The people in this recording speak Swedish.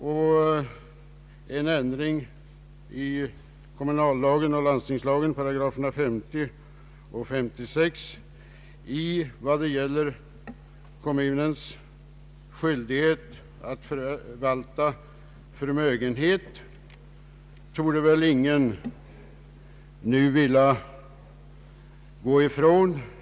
En ändring av 50 8 kommunallagen och 56 § landstingslagen vad gäller kommuns skyldighet att förvalta förmögenhet torde ingen nu vilja föreslå.